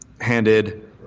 handed